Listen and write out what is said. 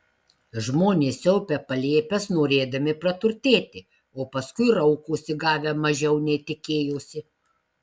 žmonės siaubia palėpes norėdami praturtėti o paskui raukosi gavę mažiau nei tikėjosi